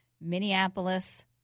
Minneapolis